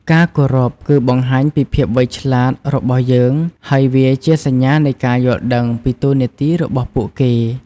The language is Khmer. ការគោរព គឺបង្ហាញពីភាពវៃឆ្លាតរបស់យើង ហើយវាជាសញ្ញានៃការយល់ដឹងពីតួនាទីរបស់ពួកគេ។